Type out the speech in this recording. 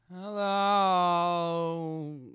Hello